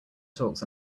talks